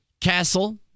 Castle